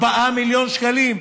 4 מיליון שקלים.